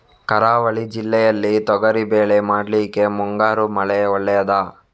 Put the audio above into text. ಕರಾವಳಿ ಜಿಲ್ಲೆಯಲ್ಲಿ ತೊಗರಿಬೇಳೆ ಮಾಡ್ಲಿಕ್ಕೆ ಮುಂಗಾರು ಮಳೆ ಒಳ್ಳೆಯದ?